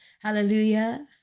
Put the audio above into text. hallelujah